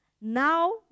now